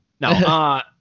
No